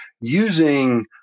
using